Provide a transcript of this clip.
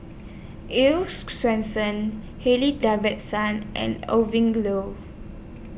Earl's Swensens Harley Davidson and Owen Grove